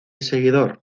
seguidor